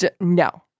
no